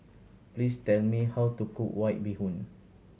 please tell me how to cook White Bee Hoon